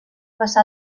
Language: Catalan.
passà